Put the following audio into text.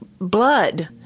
blood